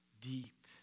deep